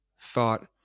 thought